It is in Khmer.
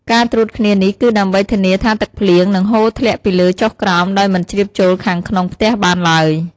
ការត្រួតគ្នានេះគឺដើម្បីធានាថាទឹកភ្លៀងនឹងហូរធ្លាក់ពីលើចុះក្រោមដោយមិនជ្រាបចូលខាងក្នុងផ្ទះបានឡើយ។